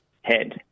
head